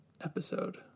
episode